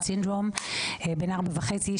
בן 4.5,